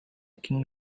king